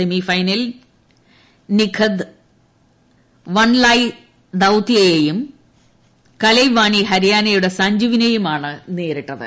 സെമീ ഫൈനലിൽ നിഖദ് വൺലായ് ദൌത്യയെയും കലൈവാണി ഹരിയാനയുടെ സഞ്ജുവിനെയുമാണ് നേരിട്ടത്